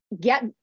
get